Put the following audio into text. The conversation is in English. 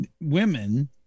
women